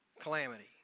calamity